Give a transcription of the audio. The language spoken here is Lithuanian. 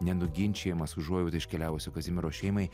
nenuginčijamas užuojauta iškeliavusio kazimiero šeimai